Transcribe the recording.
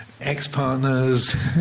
ex-partners